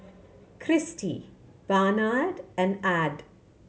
Cristi Barnard and Add